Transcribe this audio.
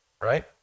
right